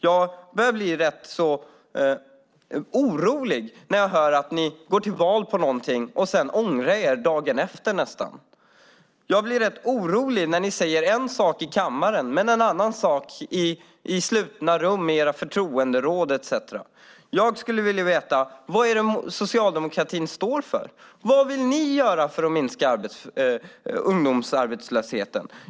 Jag blir orolig när jag hör att ni går till val på något och sedan ångrar er dagen efter. Jag blir orolig när ni säger en sak i kammaren och en annan i slutna rum i era förtroenderåd etcetera. Vad står socialdemokratin för? Vad vill ni göra för att minska ungdomsarbetslösheten?